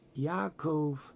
Yaakov